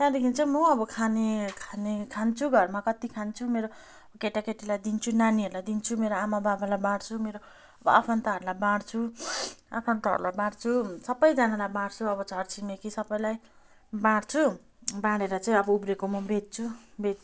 त्यहाँदेखि चाहिँ म अब खाने खाने खान्छु घरमा कति खान्छु मेरो केटाकेटीलाई दिन्छु नानीहरूलाई दिन्छु मेरो आमा बाबालाई बाँड्छु मेरो अ आफन्तहरूलाई बाँड्छु आफन्तहरूलाई बाँड्छु सबैजनालाई बाँड्छु अब छर छिमेकी सबैलाई बाँड्छु बाँडेर चाहिँ अब उब्रिएको म बेच्छु बे